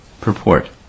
Purport